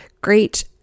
great